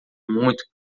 muito